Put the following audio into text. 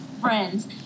friends